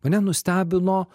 mane nustebino